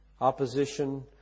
Opposition